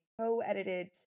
co-edited